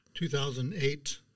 2008